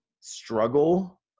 struggle